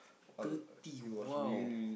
thirty !wow!